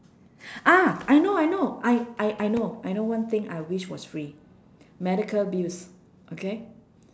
ah I know I know I I I know I know one thing I wish was free medical bills okay